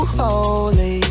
holy